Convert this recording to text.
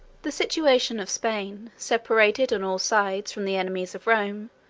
the situation of spain, separated, on all sides, from the enemies of rome,